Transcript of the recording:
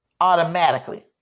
automatically